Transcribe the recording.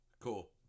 cool